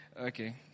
Okay